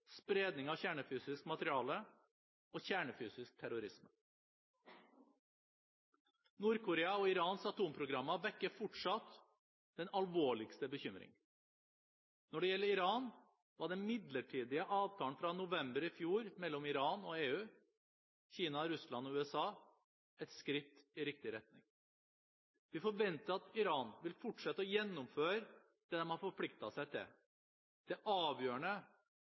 spredning av kjernefysisk materiale og kjernefysisk terrorisme. Nord-Korea og Irans atomprogrammer vekker fortsatt den alvorligste bekymring. Når det gjelder Iran, var den midlertidige avtalen fra november i fjor mellom Iran og EU, Kina, Russland og USA et skritt i riktig retning. Vi forventer at Iran vil fortsette å gjennomføre det de har forpliktet seg til. Det er avgjørende